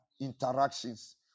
interactions